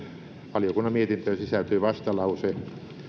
valiokunnan mietintöön sisältyy vastalause